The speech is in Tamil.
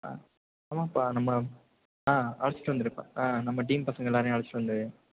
ஆ ஆமாம்ப்பா நம்ம ஆ அழைச்சுட்டு வந்துருப்பா ஆ நம்ம டீம் பசங்க எல்லோரையும் அழைச்சுட்டு வந்துடு